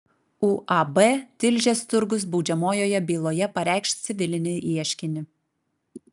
uab tilžės turgus baudžiamojoje byloje pareikš civilinį ieškinį